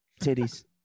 titties